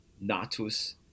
natus